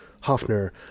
Hoffner